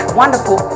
wonderful